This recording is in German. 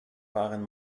waren